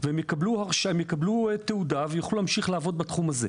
והם יקבלו תעודה ויוכלו להמשיך לעבוד בתחום הזה.